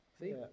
See